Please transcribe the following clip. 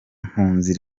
mpunzi